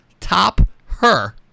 Topher